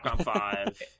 five